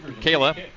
Kayla